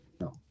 No